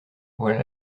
voilà